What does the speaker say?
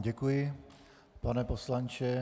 Děkuji vám, pane poslanče.